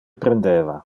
prendeva